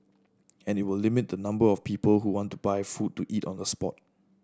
and it will limit the number of people who want to buy food to eat on the spot